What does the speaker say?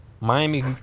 Miami